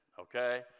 okay